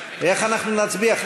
איך אנחנו נצביע?